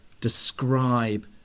describe